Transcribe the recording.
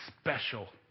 special